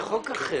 זה חוק אחר.